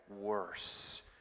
worse